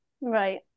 right